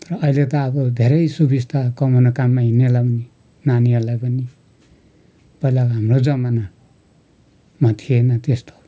तर अहिले त अब धेरै सुबिस्ता कमानमा काममा हिँड्नेलाई पनि नानीहरूलाई पनि पहिलाको हाम्रो जमानामा थिएन त्यस्तो